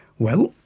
well,